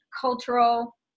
cultural